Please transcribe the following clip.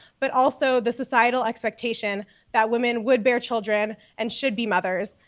but also the societal expectation that women would bear children and should be mothers.